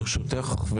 ברשותך,